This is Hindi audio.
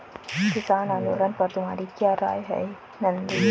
किसान आंदोलन पर तुम्हारी क्या राय है नंदू?